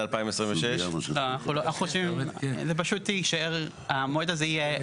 המועד הזה יהיה,